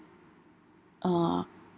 uh